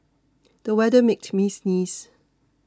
the weather made me sneeze